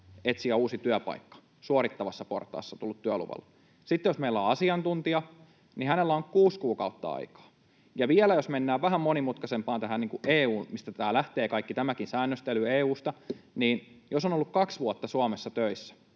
etsiä uusi työpaikka. Sitten jos meillä on asiantuntija, niin hänellä on kuusi kuukautta aikaa. Ja vielä jos mennään vähän monimutkaisempaan, tähän EU:hun, mistä kaikki tämäkin säännöstely lähtee, EU:sta, niin jos on ollut kaksi vuotta Suomessa töissä,